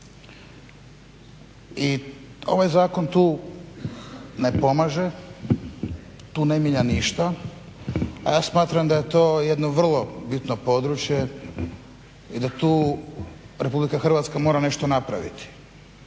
i ovaj zakon tu ne pomaže, tu ne mijenja ništa, a ja smatram da je to jedno vrlo bitno područje i da tu Republika Hrvatska mora nešto napraviti.